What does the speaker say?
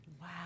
Wow